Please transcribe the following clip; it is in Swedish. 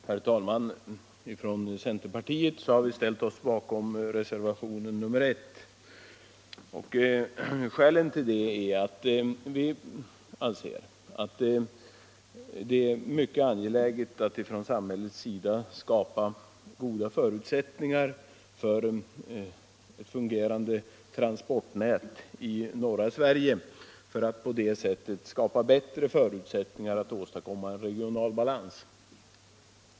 Herr talman! Från centerpartiets sida har vi ställt oss bakom reservationen 1. Skälet till det är att vi anser det mycket angeläget att samhället skapar goda förutsättningar för ett fungerande transportnät i norra Sverige för att på det sättet ge bättre möjligheter till en regional balans.